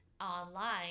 online